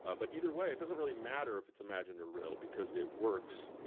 ah but either way it doesn't really matter if it's imagined or real because it works